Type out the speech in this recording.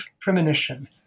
premonition